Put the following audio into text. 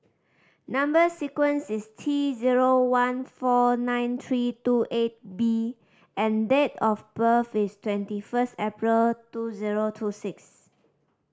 number sequence is T zero one four nine three two eight B and date of birth is twenty first April two zero two six